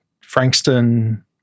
Frankston